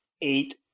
eight